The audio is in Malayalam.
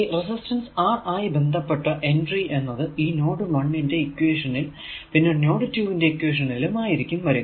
ഈ റെസിസ്റ്റൻസ് R ആയി ബന്ധപ്പെട്ട എൻട്രി എന്നത് ഈ നോഡ് 1 ന്റെ ഇക്വേഷൻ ൽ പിന്നെ നോഡ് 2 ന്റെ ഈ ഇക്വേഷനിലും ആയിരിക്കും വരിക